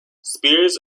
spears